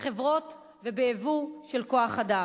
בחברות ובייבוא של כוח-אדם.